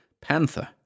panther